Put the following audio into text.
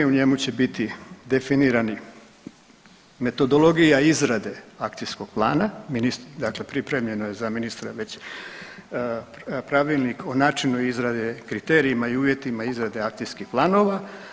U njemu će biti definirani metodologija izrade akcijskog plana, dakle pripremljeno je za ministra već Pravilnik o načinu izrade, kriterijima i uvjetima izrade akcijskih planova.